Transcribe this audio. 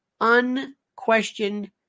unquestioned